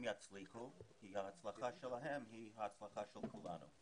יצליחו כי ההצלחה שלהם היא ההצלחה של כולנו.